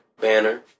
banner